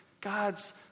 God's